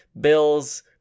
bills